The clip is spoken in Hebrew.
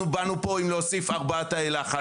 אנחנו באנו לפה עם להוסיף ארבעה תאי לחץ.